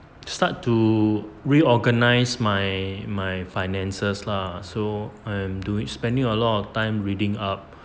start to reorganize my my finances lah so and do it spending a lot of time reading up